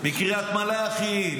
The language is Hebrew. מקריית מלאכי,